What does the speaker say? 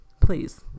Please